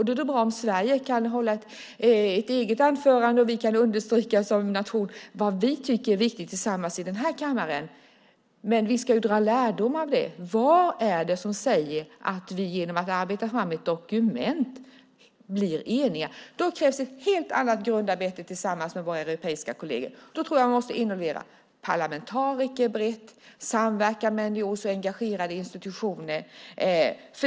Det är bra om Sverige kan hålla ett eget anförande och vi som nation kan understryka vad vi i den här kammaren tycker är viktigt. Vi ska ju dra lärdom av det. Vad är det som säger att vi blir eniga genom att arbeta fram ett dokument? Då krävs det ett helt annat grundarbete tillsammans med våra europeiska kolleger. Då tror jag att man brett måste involvera parlamentariker och samverka med NGO:er och engagerade institutioner.